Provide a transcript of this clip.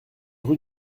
rue